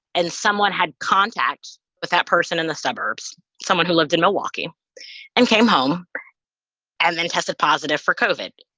and someone had contact with that person in the suburbs someone who lived in milwaukee and came home and then tested positive for covid.